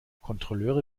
kontrolleure